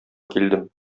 килдем